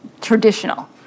traditional